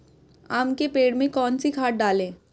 आम के पेड़ में कौन सी खाद डालें?